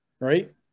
right